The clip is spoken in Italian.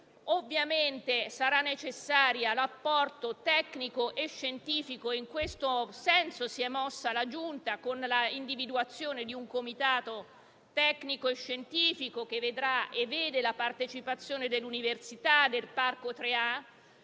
regionale sarà necessario l'apporto tecnico e scientifico. In questo senso si è mossa la Giunta, con l'individuazione di un comitato tecnico-scientifico, che vede la partecipazione dell'Università e del Parco 3A,